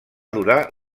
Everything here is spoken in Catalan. durar